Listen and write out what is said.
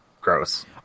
gross